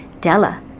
Della